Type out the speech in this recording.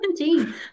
17